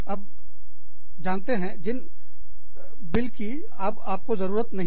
अब जानते हैं जिन बिल की अब आपको जरूरत नहीं है